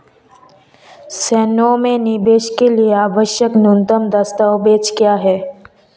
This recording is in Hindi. सोने में निवेश के लिए आवश्यक न्यूनतम दस्तावेज़ क्या हैं?